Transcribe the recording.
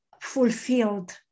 fulfilled